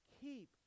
Keep